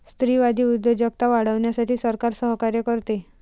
स्त्रीवादी उद्योजकता वाढवण्यासाठी सरकार सहकार्य करते